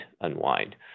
unwind